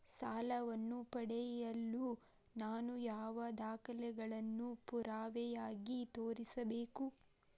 ಸಾಲವನ್ನು ಪಡೆಯಲು ನಾನು ಯಾವ ದಾಖಲೆಗಳನ್ನು ಪುರಾವೆಯಾಗಿ ತೋರಿಸಬೇಕು?